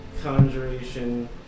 conjuration